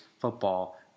Football